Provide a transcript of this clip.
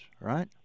right